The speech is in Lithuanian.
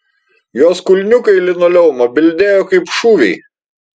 jos kulniukai į linoleumą bildėjo kaip šūviai